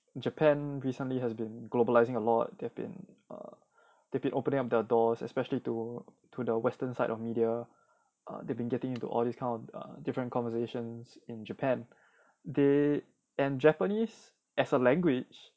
japan recently has been globalizing a lot they have been err opening up their doors especially to to the western side of media err they've been getting into all these kind of a different conversations in japan they and japanese as a language